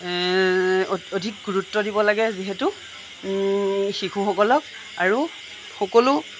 অধিক গুৰুত্ব দিব লাগে যিহেতু শিশুসকলক আৰু সকলো